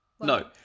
No